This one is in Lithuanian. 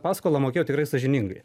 paskolą mokėjo tikrai sąžiningai